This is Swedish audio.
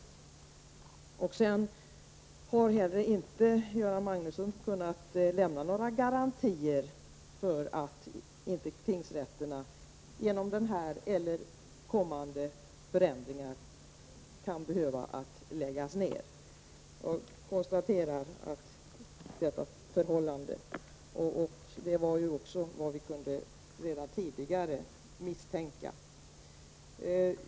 Göran Magnusson har inte heller kunnat lämna några garantier för att tingsrätter inte kan behöva läggas ner på grund av denna eller kommande förändringar. Detta kunde vi misstänka redan tidigare.